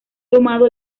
tomado